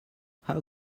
how